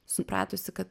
supratusi kad